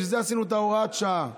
בשביל זה עשינו את הוראת השעה.